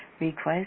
request